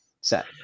Set